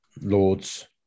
Lords